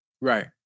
Right